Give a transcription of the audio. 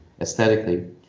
aesthetically